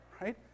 right